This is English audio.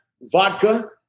vodka